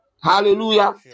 Hallelujah